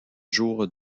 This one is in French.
jours